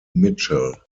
mitchell